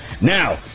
Now